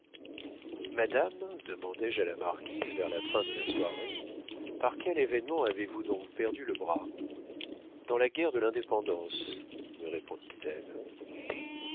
madame demandai-je à la marquise vers la fin de la soirée par quel événement avez-vous donc perdu le bras dans la guerre de l'indépendance me répondit-elle